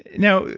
now,